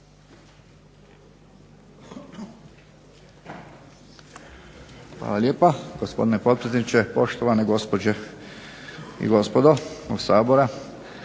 Hvala lijepa. Gospodine potpredsjedniče, poštovane gospođe i gospodo Sabora.